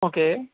okay